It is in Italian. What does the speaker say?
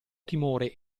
timore